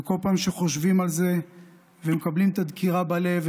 וכל פעם שחושבים על זה ומקבלים את הדקירה בלב,